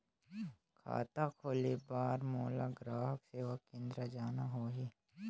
खाता खोले बार मोला ग्राहक सेवा केंद्र जाना होही?